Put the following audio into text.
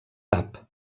tap